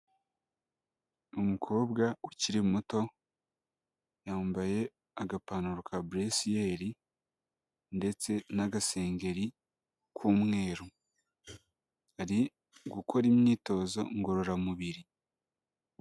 Umukobwa ukiri muto, yambaye agapantaro ka buresiyeri ndetse n'agasengeri k'umweru. Ari gukora imyitozo ngororamubiri.